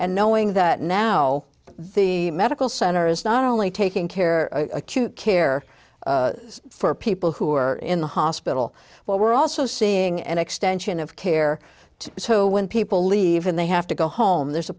and knowing that now the medical center is not only taking care to care for people who are in the hospital but we're also seeing an extension of care so when people leave and they have to go home there's a